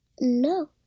No